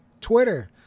Twitter